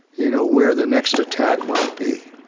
you know, where the next attack might be.